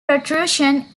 protrusion